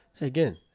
again